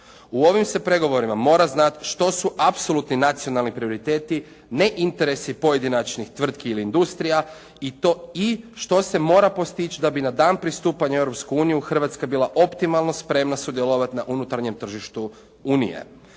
U ovim se pregovorima mora znati što su apsolutni nacionalni prioriteti, ne interesi pojedinačnih tvrtki ili industrija i to i što se mora postići da bi na dan pristupanja u Europsku uniju Hrvatska bila optimalno spremna sudjelovati na unutarnjem tržištu Unije.